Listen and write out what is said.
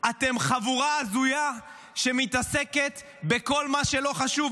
אתם חבורה הזויה שמתעסקת בכל מה שלא חשוב.